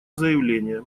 заявление